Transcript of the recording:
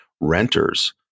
Renters